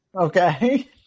Okay